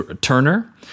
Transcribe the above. Turner